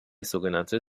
sogenannte